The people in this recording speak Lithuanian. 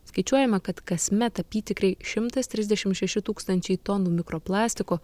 skaičiuojama kad kasmet apytikriai šimtas trisdešimt šeši tūkstančiai tonų mikroplastiko